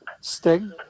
Sting